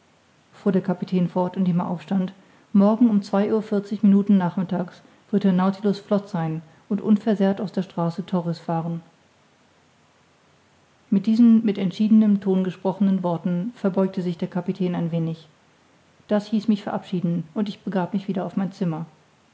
fuhr der kapitän fort indem er aufstand morgen um zwei uhr vierzig minuten nachmittags wird der nautilus flott sein und unversehrt aus der straße torres fahren nach diesen mit entschiedenem ton gesprochenen worten verbeugte sich der kapitän ein wenig das hieß mich verabschieden und ich begab mich wieder auf mein zimmer